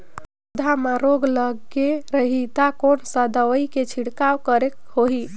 पौध मां रोग लगे रही ता कोन सा दवाई के छिड़काव करेके होही?